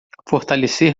fortalecer